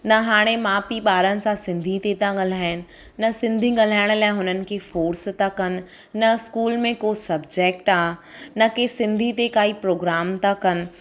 न हाणे माउ पीउ ॿारनि सां सिंधी में त ॻाल्हाइनि न सिंधी ॻाल्हाइण लाइ हुननि खे फोर्स था कनि न स्कूल में को सब्जैक्ट आहे न के सिंधीअ में काई प्रोग्राम त कनि